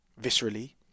viscerally